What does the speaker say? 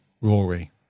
Rory